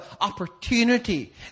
opportunity